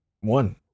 One